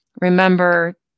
remember